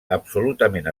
absolutament